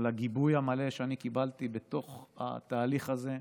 על הגיבוי המלא שאני קיבלתי בתוך התהליך הזה,